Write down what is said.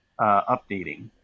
updating